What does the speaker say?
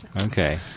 Okay